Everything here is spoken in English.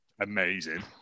amazing